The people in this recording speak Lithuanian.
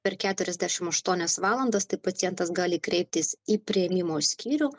per keturiasdešim aštuonias valandas tai pacientas gali kreiptis į priėmimo skyrių